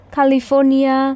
California